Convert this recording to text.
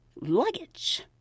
luggage